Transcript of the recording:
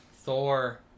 Thor